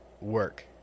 work